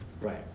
Right